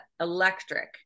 electric